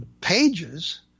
pages